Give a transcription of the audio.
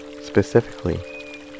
specifically